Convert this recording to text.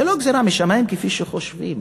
זו לא גזירה משמים כפי שחושבים.